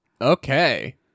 okay